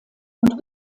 und